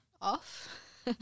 off